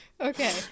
okay